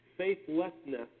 Faithlessness